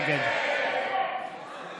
נגד דוד ביטן, בעד בועז